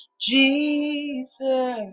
Jesus